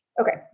Okay